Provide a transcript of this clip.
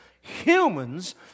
Humans